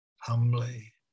humbly